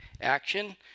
action